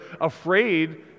afraid